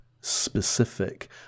specific